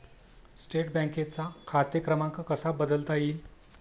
State बँकेचा खाते क्रमांक कसा बदलता येईल?